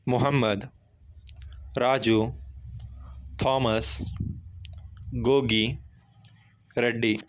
Muhammad Raju Thomas Goggi ready